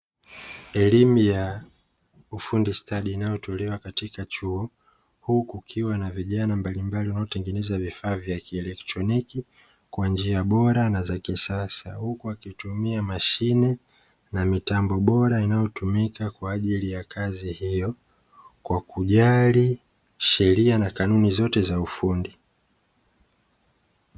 Elimu ya ufundi stadi inayotolewa katika chuo huku kukiwa na vijana mbalimbali wanaotengeneza vifaa vya kielektroniki kwa njia bora na za kisasa, huku wakitumia mashine na mitambo bora inayotumika kwa ajili ya kazi hiyo kwa kujali sheria na kanuni zote za ufundi.